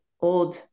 old